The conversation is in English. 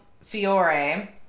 Fiore